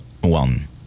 one